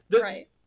Right